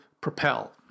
propel